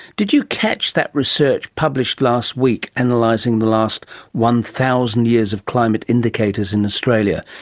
did you catch that research published last week analysing the last one thousand years of climate indicators in australia?